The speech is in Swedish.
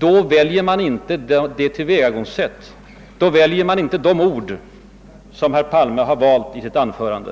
hade man inte valt det tillvägagångssätt och de ord som herr Palme valde i sitt anförande.